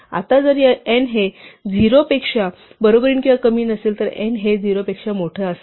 आता जर n हे 0 पेक्षा बरोबरीने किंवा कमी नसेल तर n हे 0 पेक्षा मोठा असेल